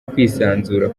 kwisanzura